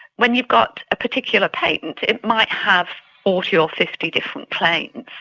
when you've got a particular patent it might have forty or fifty different claims,